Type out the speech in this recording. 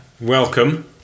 welcome